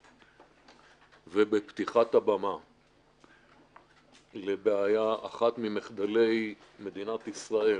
ובפתיחת הבמה לבעיה אחד ממחדלי מדינת ישראל,